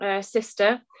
sister